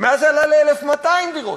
מאז זה עלה ל-1,200 דירות.